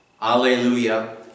alleluia